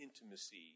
intimacy